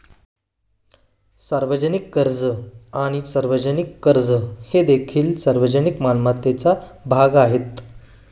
सार्वजनिक खर्च आणि सार्वजनिक कर्ज हे देखील सार्वजनिक मालमत्तेचा भाग आहेत